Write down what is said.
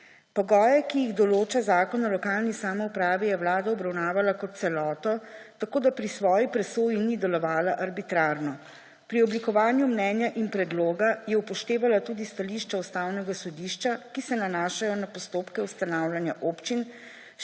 Pogoje, ki jih določa Zakon o lokalni samoupravi, je Vlada obravnavala kot celoto, tako da pri svoji presoji ni delovala arbitrarno. Pri oblikovanju mnenja in predloga je upoštevala tudi stališča Ustavnega sodišča, ki se nanašajo na postopke ustanavljanja občin,